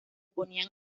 podían